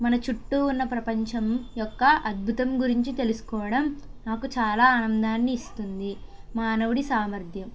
మన చుట్టూ ఉన్న ప్రపంచం యొక్క అద్భుతం గురించి తెలుసుకోవటం నాకు చాలా ఆనందాన్ని ఇస్తుంది మానవుడి సామర్థ్యం